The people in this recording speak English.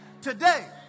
today